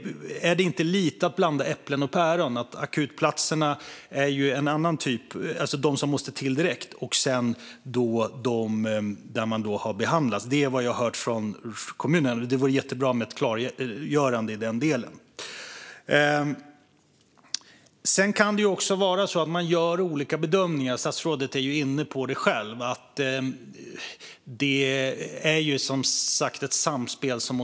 Är det inte lite att blanda äpplen och päron? Akutplatserna är en annan typ, en som måste till direkt, och sedan finns det de platser där man behandlas. Det är vad jag har hört från kommuner. Det vore bra med ett klargörande i den delen. Det kan också vara så att man gör olika bedömningar. Statsrådet är själv inne på att det måste till ett samspel.